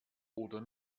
oder